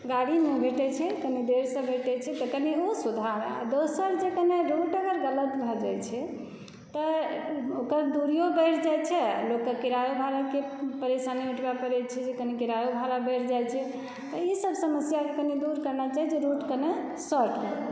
गाड़ी नहि भेटै छै कनि देरसॅं भेटै छै तऽ कनि ओ सुधार दोसर जे कनि रूट अगर ग़लत भऽ जाइ छै तऽ ओकर दूरियो बढ़ि जाइ छै लोककें किरायो भाड़ाक परेशानी उठबै परै छै जे कनि किरायो भाड़ा बढ़ि जाइ छै एहिसभ समस्याक कनि दूर करना छै जे रूट कनि शॉर्ट होइ